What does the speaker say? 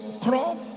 crop